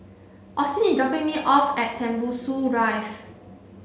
Auston is dropping me off at Tembusu Drive